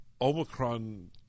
Omicron